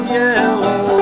yellow